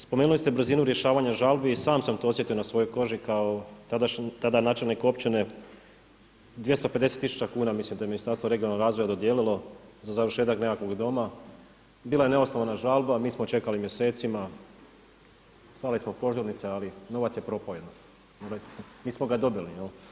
Spomenuli ste brzinu rješavanja žalbi i sam sam to osjetio na svojoj koži kao tada načelnik općine, 250 tisuća kuna mislim da je Ministarstvo regionalnog razvoja za završetak nekakvog doma, bila je neosnovana žalba mi smo čekali mjesecima, slali smo požurnice ali novac je propao jednostavno, nismo ga dobili.